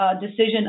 decision